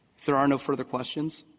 there are no further questions.